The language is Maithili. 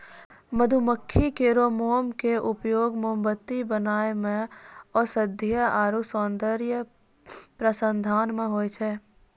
मधुमक्खी केरो मोम क उपयोग मोमबत्ती बनाय म औषधीय आरु सौंदर्य प्रसाधन म होय छै